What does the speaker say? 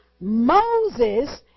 Moses